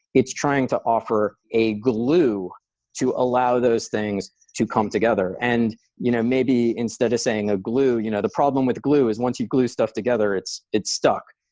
it's trying to offer a glue to allow those things to come together. and you know maybe instead of saying a glue, you know the problem with glue is once you glue stuff together it's it's stuck.